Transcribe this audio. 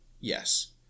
Yes